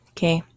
Okay